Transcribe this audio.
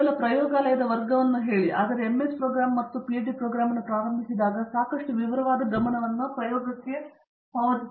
ಕೇವಲ ಪ್ರಯೋಗಾಲಯದ ವರ್ಗವನ್ನು ಹೇಳಿ ಆದರೆ MS ಪ್ರೋಗ್ರಾಂ ಅಥವಾ ಪಿಎಚ್ಡಿ ಪ್ರೋಗ್ರಾಂ ಅನ್ನು ಪ್ರಾರಂಭಿಸಿದಾಗ ಸಾಕಷ್ಟು ವಿವರವಾದ ಗಮನವನ್ನು ಪ್ರಯೋಗಕ್ಕೆ ಪಾವತಿಸಬೇಕಾದರೆ ಅದು ನಿಖರವಾದ ಖ್ಯಾತಿಯನ್ನು ಪಡೆಯುತ್ತದೆ